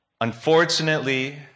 unfortunately